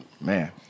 man